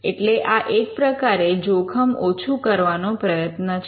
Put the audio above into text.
એટલે આ એક પ્રકારે જોખમ ઓછું કરવાનો પ્રયત્ન છે